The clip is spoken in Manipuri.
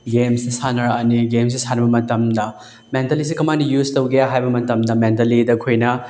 ꯒꯦꯝꯁꯦ ꯁꯥꯟꯅꯔꯛꯑꯅꯤ ꯒꯦꯝꯁꯦ ꯁꯥꯟꯅꯕ ꯃꯇꯝꯗ ꯃꯦꯟꯇꯦꯜꯂꯤꯁꯦ ꯀꯃꯥꯏꯅ ꯌꯨꯁ ꯇꯧꯒꯦ ꯍꯥꯏꯕ ꯃꯇꯝꯗ ꯃꯦꯟꯇꯦꯜꯂꯤꯗ ꯑꯩꯈꯣꯏꯅ